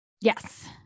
Yes